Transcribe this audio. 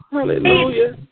Hallelujah